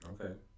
okay